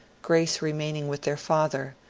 grace remaining with their father.